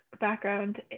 background